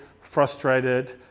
frustrated